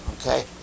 Okay